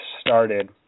started